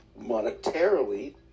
monetarily